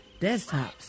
desktops